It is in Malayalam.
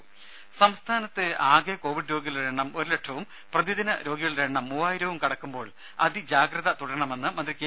ദേദ സംസ്ഥാനത്ത് ആകെ കോവിഡ് രോഗികളുടെ എണ്ണം ഒരു ലക്ഷവും പ്രതിദിന രോഗികളുടെ എണ്ണം മൂവായിരവും കടക്കുമ്പോൾ അതി ജാഗ്രത തുടരണമെന്ന് മന്ത്രി കെ